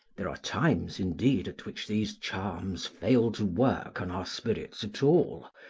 there are times, indeed, at which these charms fail to work on our spirits at all,